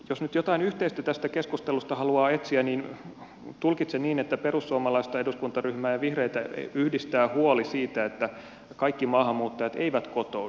jos nyt jotain yhteistä tästä keskustelusta haluaa etsiä niin tulkitsen niin että perussuomalaista eduskuntaryhmää ja vihreitä yhdistää huoli siitä että kaikki maahanmuuttajat eivät kotoudu hyvin